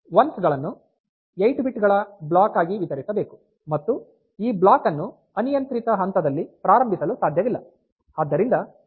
ಒಂದುಗಳನ್ನು 8 bit ಗಳ block ಆಗಿ ವಿತರಿಸಬೇಕು ಮತ್ತು ಈ ಬ್ಲಾಕ್ ಅನ್ನು ಅನಿಯಂತ್ರಿತ ಹಂತದಲ್ಲಿ ಪ್ರಾರಂಭಿಸಲು ಸಾಧ್ಯವಿಲ್ಲ